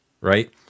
right